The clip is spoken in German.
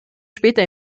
später